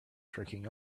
tricking